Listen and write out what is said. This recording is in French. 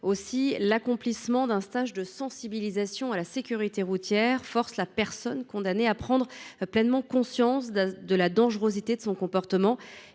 Sol. L’accomplissement d’un stage de sensibilisation à la sécurité routière contraint la personne condamnée à prendre pleinement conscience de la dangerosité de son comportement